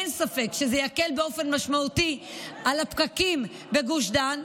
אין ספק שזה יקל באופן משמעותי על הפקקים בגוש דן.